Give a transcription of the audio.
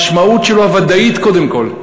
שהמשמעות שלו, הוודאית, קודם כול,